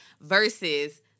versus